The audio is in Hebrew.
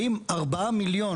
האם 4 מיליון